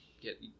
get